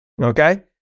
Okay